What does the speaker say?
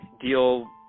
deal